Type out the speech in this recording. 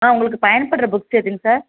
உங்களுக்கு பயன்படுகிற புக்ஸ் எதுங்க சார்